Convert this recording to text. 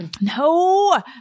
No